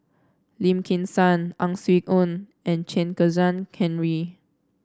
Lim Kim San Ang Swee Aun and Chen Kezhan Henri